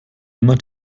immer